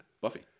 Buffy